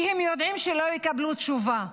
כי הם יודעים שלא יקבלו תשובה.